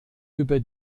über